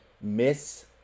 miss